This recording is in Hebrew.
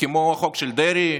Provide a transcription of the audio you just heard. כמו החוק של דרעי,